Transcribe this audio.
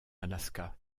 alaska